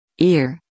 ear